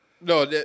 No